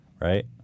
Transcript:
right